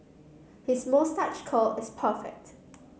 his moustache curl is perfect